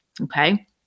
Okay